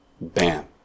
bam